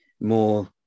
more